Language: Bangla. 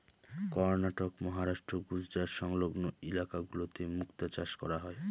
কর্ণাটক, মহারাষ্ট্র, গুজরাট সংলগ্ন ইলাকা গুলোতে মুক্তা চাষ করা হয়